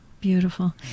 Beautiful